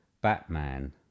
Batman